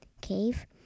cave